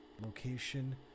Location